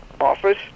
office